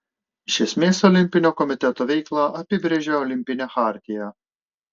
iš esmės olimpinio komiteto veiklą apibrėžia olimpinė chartija